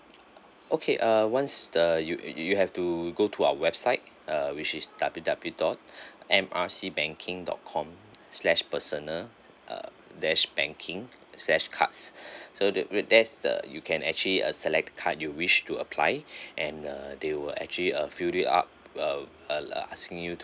okay uh once the you y~ you have to go to our website uh which is W_W dot M_R_C banking dot com slash personal uh dash banking slash cards so that there there's the you can actually uh select card you wish to apply and uh they will actually a few day up uh uh asking you to